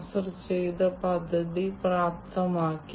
നമുക്ക് പറയാം ഇതാണ് അയക്കുന്നവൻ ഇതാണ് സ്വീകർത്താവ്